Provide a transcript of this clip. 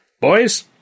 Boys